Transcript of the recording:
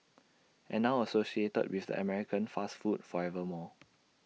and now associated with an American fast food forever more